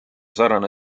sarnane